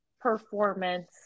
performance